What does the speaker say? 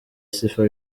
sifa